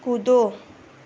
कूदो